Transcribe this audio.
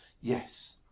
yes